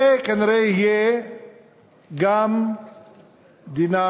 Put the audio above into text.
זה כנראה יהיה גם דינם,